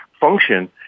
function